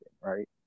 Right